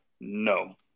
no